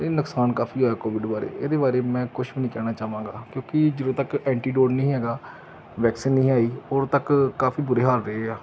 ਇਹ ਨੁਕਸਾਨ ਕਾਫ਼ੀ ਹੋਇਆ ਕੋਵਿਡ ਬਾਰੇ ਇਹਦੇ ਬਾਰੇ ਮੈਂ ਕੁਛ ਵੀ ਨਹੀਂ ਕਹਿਣਾ ਚਾਵਾਂਗਾ ਕਿਉਂਕਿ ਜਦੋਂ ਤੱਕ ਐਂਟੀਡੋਡ ਨਹੀਂ ਹੈਗਾ ਵੈਕਸੀਨ ਨਹੀਂ ਆਈ ਓਦੋਂ ਤੱਕ ਕਾਫ਼ੀ ਬੁਰੇ ਹਾਲ ਰਹੇ ਆ